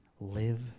live